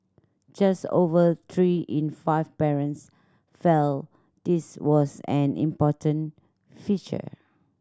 just over three in five parents felt this was an important feature